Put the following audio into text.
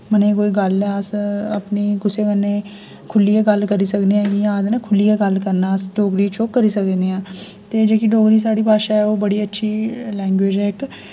मने दी कोई गल्ल ऐ अस अपनी कुसे कन्ने खुलिये गल्ल करी सकने जियां अखदे न खुल्लिये गल्ल करना अस डोगरी च ओ करी सकने आं ते जेह्की डोगरी साढ़ी भाशा ऐ ओ बड़ी अच्छी लैंग्वेज ऐ इक